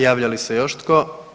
Javlja li se još tko?